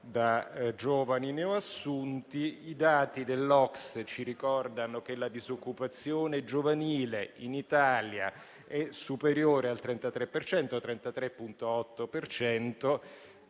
da giovani neoassunti. I dati dell'OCSE ci ricordano che la disoccupazione giovanile in Italia è superiore al 33 per